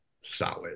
solid